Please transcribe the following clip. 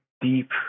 deep